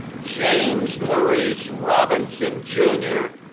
james maurice robinson, jr.